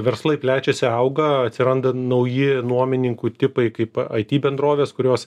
verslai plečiasi auga atsiranda nauji nuomininkų tipai kaip aity bendrovės kurios